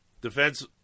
Defense